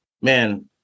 man